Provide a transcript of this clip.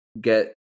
get